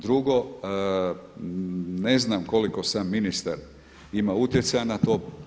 Drugo, ne znam koliko sam ministar ima utjecaja na to.